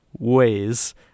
ways